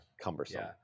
Cumbersome